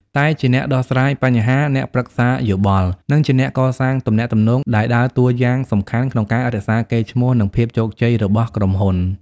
តែជាអ្នកដោះស្រាយបញ្ហា អ្នកប្រឹក្សាយោបល់ និងជាអ្នកកសាងទំនាក់ទំនង ដែលដើរតួយ៉ាងសំខាន់ក្នុងការរក្សាកេរ្តិ៍ឈ្មោះ និងភាពជោគជ័យរបស់ក្រុមហ៊ុន។